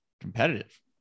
competitive